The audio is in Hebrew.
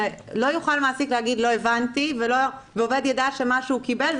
שלא יוכל מעסיק לומר שהוא לא הבין ועובד ידע שמה שהוא קיבל,